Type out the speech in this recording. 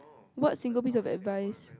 what single piece of advice